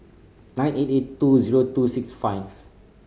nine eight eight two zero two six five